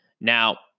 Now